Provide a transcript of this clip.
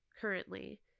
currently